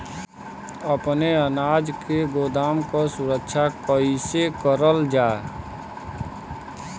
अपने अनाज के गोदाम क सुरक्षा कइसे करल जा?